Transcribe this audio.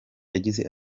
yagize